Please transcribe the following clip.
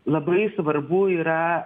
labai svarbu yra